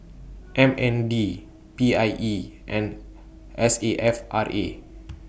M N D P I E and S A F R A